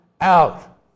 out